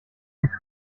بگیرنش